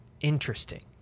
interesting